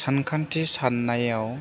सानखान्थि सान्नायाव